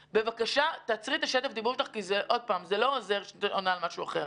בבקשה תעצרי את שטף הדיבור שלך כי לא עוזר שאת עונה על משהו אחר.